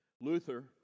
Luther